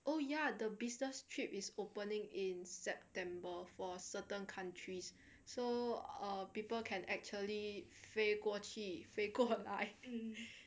oh ya the business trip is opening in september for certain countries so people err can actually 飞过去飞过来